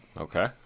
Okay